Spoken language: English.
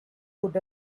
good